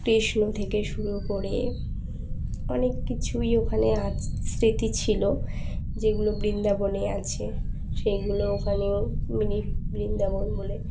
কৃষ্ণ থেকে শুরু করে অনেক কিছুই ওখানে স্মৃতি ছিল যেগুলো বৃন্দাবনে আছে সেইগুলো ওখানেও বৃন্দাবন বলে